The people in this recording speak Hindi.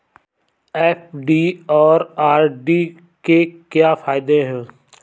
एफ.डी और आर.डी के क्या फायदे हैं?